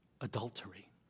adultery